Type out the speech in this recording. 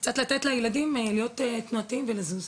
קצת לתת לילדים להיות תנועתיים ולזוז.